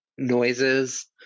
noises